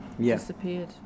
Disappeared